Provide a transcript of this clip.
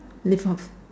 live off